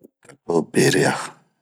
gatoberia..